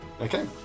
Okay